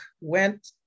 went